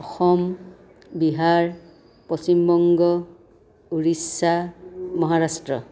Assam Bihar Paschim Banga Orissa Maharashtra